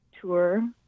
tour